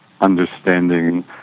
understanding